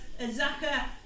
Azaka